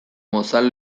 mozal